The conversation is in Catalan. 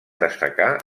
destacar